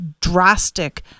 drastic